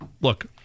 look